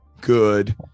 good